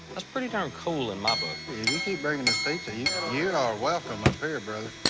that's pretty darn cool in my book. if you keep bringing us pizza, you are you are welcome up here, brother.